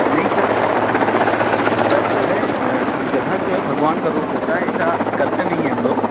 نہیں sir sir جو ہے گراہک جو ہے بھگوان کا روپ ہوتا ہے ایسا کرتے نہیں ہیں ہم لوگ